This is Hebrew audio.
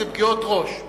הם מפגיעות ראש,